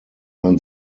man